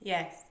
Yes